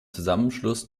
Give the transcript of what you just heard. zusammenschluss